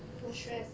我 stress eh